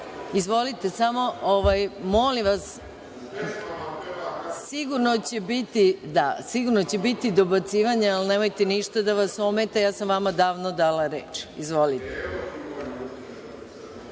peva…)Izvolite. Samo molim vas, sigurno će biti dobacivanja, ali nemojte ništa da vas ometa. Ja sam vama davno dala reč. Izvolite.